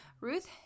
Ruth